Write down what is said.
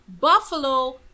Buffalo